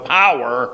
power